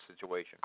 situation